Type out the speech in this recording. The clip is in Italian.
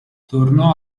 tornò